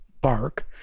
bark